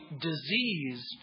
diseased